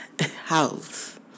house